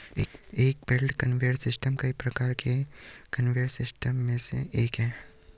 एक belt conveyor system कई प्रकार के कन्वेयर सिस्टम में से एक है